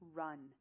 run